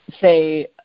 say